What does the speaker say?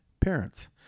parents